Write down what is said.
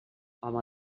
home